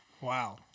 Wow